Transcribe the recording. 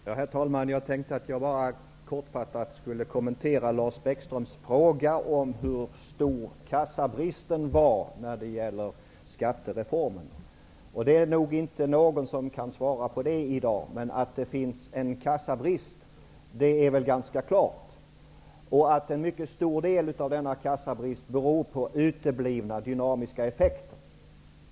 Herr talman! Jag tänkte att jag kortfattat skulle kommentera Lars Bäckströms fråga om hur stor kassabristen är till följd av skattereformen. Det är nog inte någon som kan svara på det i dag, men att det finns en kassabrist är väl ganska klart, likaså att en mycket stor del av den bristen beror på uteblivna dynamiska effekter.